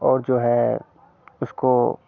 और जो है उसको